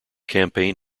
campaign